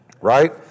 Right